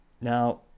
Now